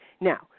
Now